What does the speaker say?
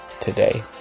today